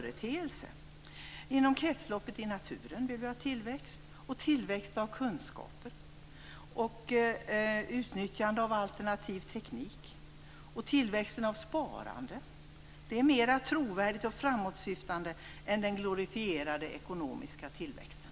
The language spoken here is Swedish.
Det behövs tillväxt inom kretsloppet i naturen, tillväxt av kunskaper, tillväxt i utnyttjande av alternativ teknik och tillväxt inom sparandet. Det är mer trovärdigt och framåtsyftande än den glorifierade ekonomiska tillväxten.